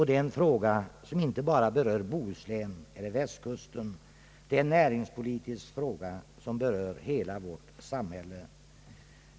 Denna fråga berör inte bara Bohuslän och Västkusten, utan det är en näringspolitisk fråga som be rör hela vårt samhälle.